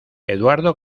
eduardo